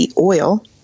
oil